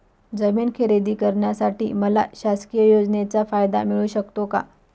जमीन खरेदी करण्यासाठी मला शासकीय योजनेचा फायदा मिळू शकतो का?